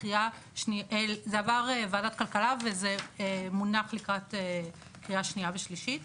זה עבר ועדת כלכלה וזה מונח לקראת קריאה שנייה ושלישית.